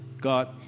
God